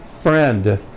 friend